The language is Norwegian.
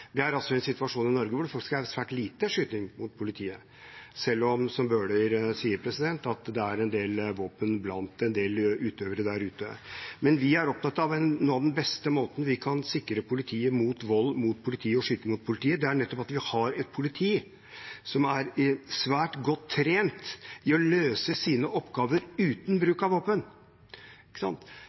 Vi er i en situasjon i Norge hvor det faktisk er svært lite skyting mot politiet, selv om det er, som Bøhler sier, en del våpen blant en del utøvere der ute. Men vi er opptatt av at en av de beste måtene vi kan sikre politiet mot vold og skyting på er nettopp at vi har et politi som er svært godt trent i å løse sine oppgaver uten bruk av våpen